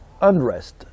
unrest